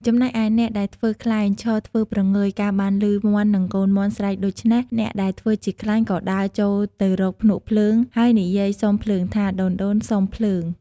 ចំណែកឯ អ្នកដែលធ្វើខ្លែង ឈរធ្វើព្រងើយ កាលបានឮមាន់និងកូនមាន់ស្រែកដូច្នេះ អ្នកដែលធ្វើជាខ្លែងក៏ដើរចូលទៅរកភ្នក់ភ្លើង ហើយនិយាយសុំភ្លើងថា «ដូនៗសុំភ្លើង!»។